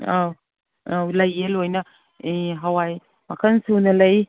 ꯑꯥꯎ ꯑꯥꯎ ꯂꯩꯌꯦ ꯂꯣꯏꯅ ꯑꯥ ꯍꯋꯥꯏ ꯃꯈꯜ ꯁꯨꯅ ꯂꯩ